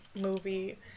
movie